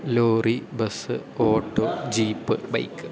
lorry bus auto jeep bike